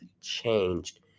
changed